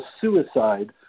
suicide